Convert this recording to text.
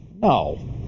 no